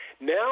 Now